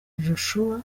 joshua